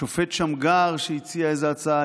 השופט שמגר הציע איזו הצעה,